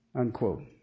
Unquote